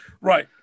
Right